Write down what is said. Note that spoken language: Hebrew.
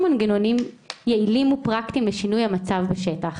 מנגנון יעיל או פרקטי לשינוי המצב בשטח.